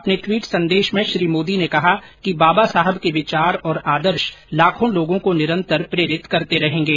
अपने ट्वीट संदेश में श्री मोदी ने कहा कि बाबा साहब के विचार और आदर्श लाखों लोगों को निरंतर प्रेरित करते रहेंगे